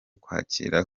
kwakira